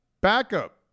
backup